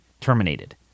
terminated